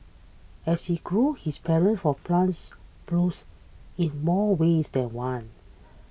as he grew his for plants blossomed in more ways than one